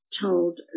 Told